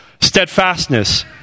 Steadfastness